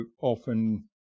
often